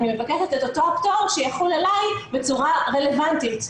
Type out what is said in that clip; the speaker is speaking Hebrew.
אני מבקשת את אותו הפטור שיחול עלי בצורה רלוונטית.